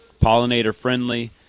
Pollinator-friendly